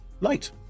light